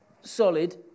solid